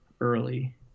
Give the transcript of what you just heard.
early